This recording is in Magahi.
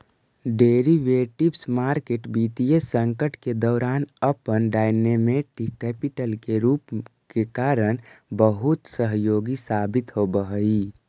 डेरिवेटिव्स मार्केट वित्तीय संकट के दौरान अपन डायनेमिक कैपिटल रूप के कारण बहुत सहयोगी साबित होवऽ हइ